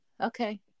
okay